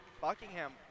Buckingham